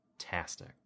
fantastic